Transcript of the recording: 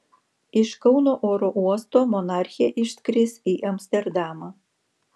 iš kauno oro uosto monarchė išskris į amsterdamą